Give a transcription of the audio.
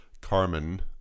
carmen